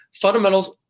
Fundamentals